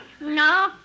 No